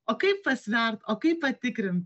o kaip pasvert o kaip patikrint